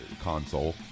console